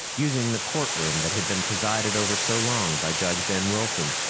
using the courtroom that had been presided over so long by judge ben wilson.